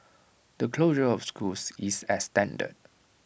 the closure of schools is extended